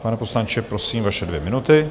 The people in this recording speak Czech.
Pane poslanče, prosím, vaše dvě minuty.